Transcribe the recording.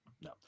No